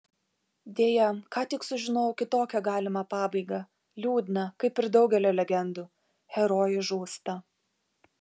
deja ką tik sužinojau kitokią galimą pabaigą liūdną kaip ir daugelio legendų herojė žūsta